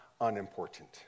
unimportant